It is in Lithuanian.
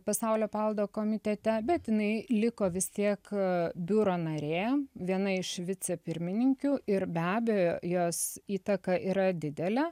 pasaulio paveldo komitete bet jinai liko vis tiek biuro narė viena iš vicepirmininkių ir be abejo jos įtaka yra didelė